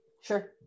sure